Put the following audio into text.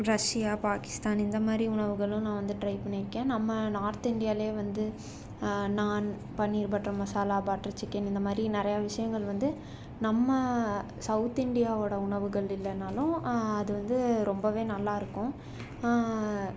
Russia Pakistan இந்த மாதிரி உணவுகளும் நான் வந்து ட்ரை பண்ணியிருக்கேன் நம்ம நார்த் இந்தியாவிலே வந்து naan paneer butter masala butter chicken இந்த மாதிரி நிறையா விஷயங்கள் வந்து நம்ம சவுத் இண்டியாவோட உணவுகள் இல்லைன்னாலும் அது வந்து ரொம்பவே நல்லா இருக்கும்